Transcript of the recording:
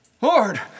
Lord